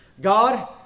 God